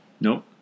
nope